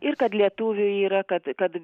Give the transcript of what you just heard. ir kad lietuvių yra kad kad